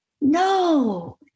No